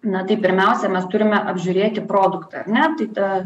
na tai pirmiausia mes turime apžiūrėti produktą ar ne tai tai